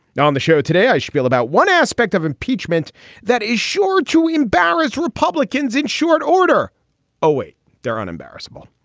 now, on the show today, i shpiel about one aspect of impeachment that is sure to embarrass republicans in short order await their own embarrassment.